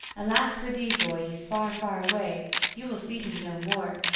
alas for thee, boy! he is far, far away you will see him no more.